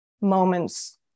moments